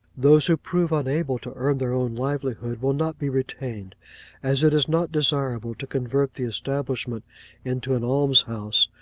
those who prove unable to earn their own livelihood will not be retained as it is not desirable to convert the establishment into an alms house,